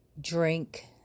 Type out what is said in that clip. drink